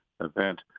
event